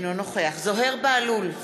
אינו נוכח זוהיר בהלול,